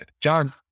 John